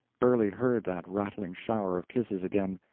burley heard that rattling shower of kisses again.